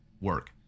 work